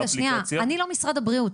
אני לא משרד הבריאות.